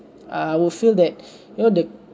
I will feel that you know the